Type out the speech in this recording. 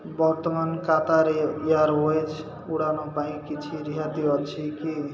ବର୍ତ୍ତମାନ Qatar Airways ଉଡାଣ ପାଇଁ କିଛି ରିହାତି ଅଛିକି